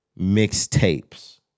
mixtapes